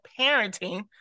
Parenting